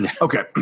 okay